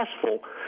successful